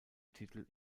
titel